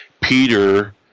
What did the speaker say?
Peter